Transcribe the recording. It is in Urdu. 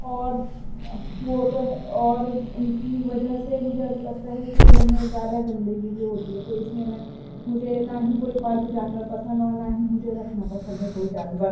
اور وہ تو اور ان کی وجہ سے مجھے ایسا لگتا ہے کہ گھر میں زیادہ گندگی بھی ہوتی ہے تو اس لئے میں مجھے نہ ہی کوئی پالتو جانور پسند اور نہ ہی مجھے رکھنا پسند ہے کوئی جانور